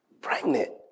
pregnant